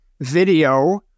video